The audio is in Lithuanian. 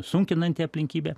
sunkinanti aplinkybė